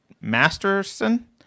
Masterson